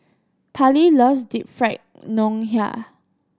Parley loves Deep Fried Ngoh Hiang